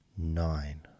nine